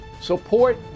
support